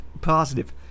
positive